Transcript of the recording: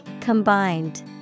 Combined